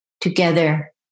together